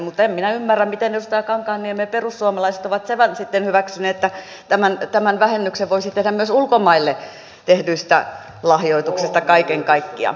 mutta en minä ymmärrä miten edustaja kankaanniemi ja perussuomalaiset ovat sitten hyväksyneet että tämän vähennyksen voisi tehdä myös ulkomaille tehdyistä lahjoituksista kaiken kaikkiaan